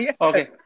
Okay